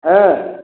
हाँ